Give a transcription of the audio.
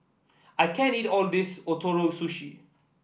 I can't eat all of this Ootoro Sushi